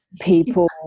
people